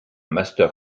master